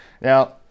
now